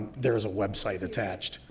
there's a website attached.